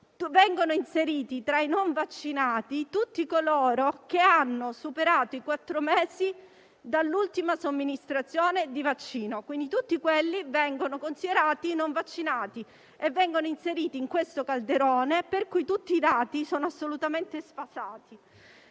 vengono inseriti tra i non vaccinati tutti coloro che hanno superato i quattro mesi dall'ultima somministrazione di vaccino; tutti questi soggetti vengono considerati non vaccinati e inseriti in questo calderone. Pertanto, tutti i dati sono assolutamente sfasati.